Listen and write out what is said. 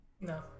No